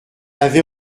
avait